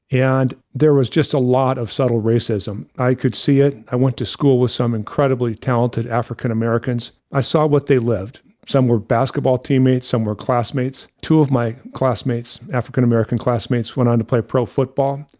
and there was just a lot of subtle racism. i could see it, i went to school with some incredibly talented african americans. i saw what they lived, some were basketball teammates, some were classmates. two of my classmates, african american classmates, went on to play pro football.